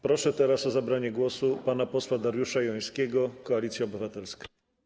Proszę o zabranie głosu pana posła Dariusza Jońskiego, Koalicja Obywatelska.